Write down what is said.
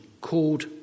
called